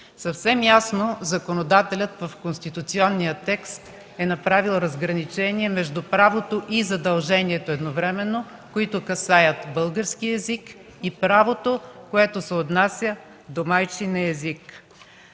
Съвсем ясно законодателят в конституционния текст е направил разграничение между правото и задължението едновременно, които касаят българския език, и правото, което се отнася за майчиния език.